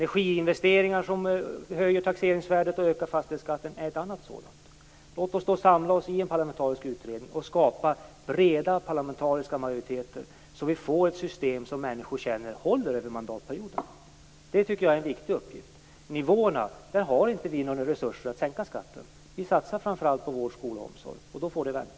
Energiinvesteringar som höjer taxeringsvärdet och ökar fastighetsskatten är ett annat problem. Låt oss samla oss i en parlamentarisk utredning och skapa breda parlamentariska majoriteter, så att vi får ett system som människor känner håller över mandatperioden. Jag tycker att det är en viktig uppgift. När det gäller nivåerna har vi inte några resurser att sänka skatten. Vi satsar framför allt på vård, skola och omsorg, och då får detta vänta.